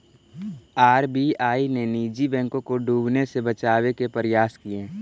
RBI ने निजी बैंकों को डूबने से बचावे के प्रयास किए